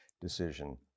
decision